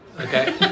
Okay